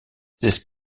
these